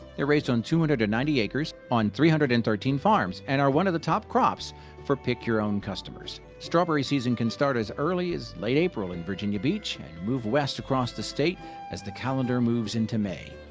they're raised on two hundred and ninety acres on three hundred and thirteen farms, and are one of the top crops for pick-your-own customers. strawberry season can start as early as late april in virginia beach and move west across the state as the calendar moves into may.